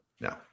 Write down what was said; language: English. No